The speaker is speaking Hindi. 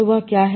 तो वह क्या है